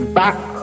back